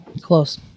Close